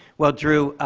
well, drew,